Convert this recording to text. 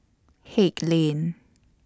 Haig Lane